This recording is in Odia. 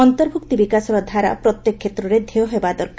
ଅନ୍ତର୍ଭୁକ୍ତି ବିକାଶର ଧାରା ପ୍ରତ୍ୟେକ କେତ୍ରରେ ଧଧୟ ହେବା ଦରକାର